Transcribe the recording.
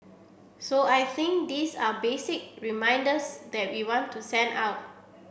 so I think these are basic reminders that we want to send out